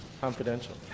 confidential